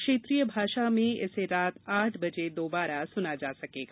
क्षेत्रीय भाषा में इसे रात आठ बजे दोबारा सुना जा सकेगा